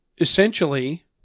Essentially